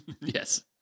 Yes